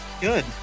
Good